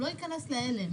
שלא ייכנס להלם.